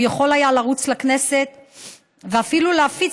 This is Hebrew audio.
הוא יכול היה לרוץ לכנסת ואפילו להפיץ